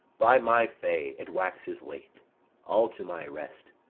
by my fay, it waxes late i'll to my rest.